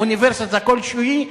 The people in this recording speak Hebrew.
באוניברסיטה כלשהי,